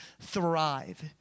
thrive